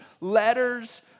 letters